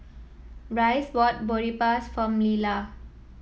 Rhys bought Boribaps for Leesa